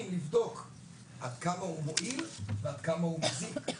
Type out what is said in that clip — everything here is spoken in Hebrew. לבדוק עד כמה הוא מועיל ועד כמה הוא מזיק.